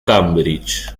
cambridge